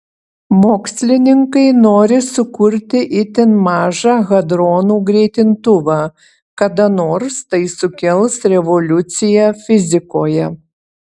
mokslininkai nori sukurti itin mažą hadronų greitintuvą kada nors tai sukels revoliuciją fizikoje